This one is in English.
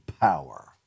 power